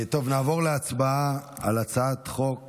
נעבור להצבעה על הצעת חוק